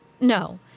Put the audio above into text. No